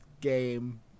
game